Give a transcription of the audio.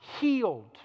healed